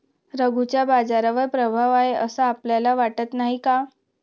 रघूचा बाजारावर प्रभाव आहे असं आपल्याला वाटत नाही का?